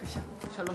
גברתי